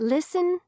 Listen